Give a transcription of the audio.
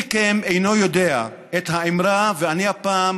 מי מכם אינו יודע את האמרה, ואני הפעם